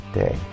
day